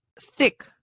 thick